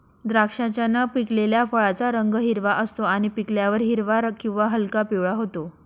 द्राक्षाच्या न पिकलेल्या फळाचा रंग हिरवा असतो आणि पिकल्यावर हिरवा किंवा हलका पिवळा होतो